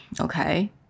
Okay